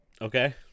okay